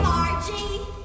Margie